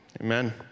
Amen